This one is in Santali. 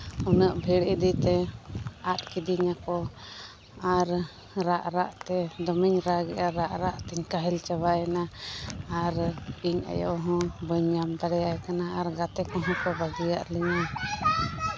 ᱩᱱᱟᱹᱜ ᱵᱷᱤᱲ ᱤᱫᱤ ᱛᱮ ᱟᱫ ᱠᱤᱫᱤᱧᱟᱠᱚ ᱟᱨ ᱨᱟᱜ ᱨᱟᱜ ᱛᱮ ᱫᱚᱢᱮᱧ ᱨᱟᱜ ᱮᱫᱼᱟ ᱨᱟᱜ ᱨᱟᱜ ᱛᱤᱧ ᱠᱟᱹᱦᱤᱞ ᱪᱟᱵᱟᱭᱮᱱᱟ ᱟᱨ ᱤᱧ ᱟᱭᱳ ᱦᱚᱸ ᱵᱟᱹᱧ ᱧᱟᱢ ᱫᱟᱲᱮᱭᱟᱭ ᱠᱟᱱᱟ ᱟᱨ ᱜᱟᱛᱮ ᱠᱚᱦᱚᱸ ᱠᱚ ᱵᱟᱹᱜᱤᱭᱟᱫ ᱞᱤᱧᱟᱹ